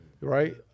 Right